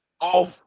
off